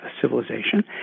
civilization